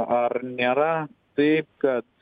ar nėra taip kad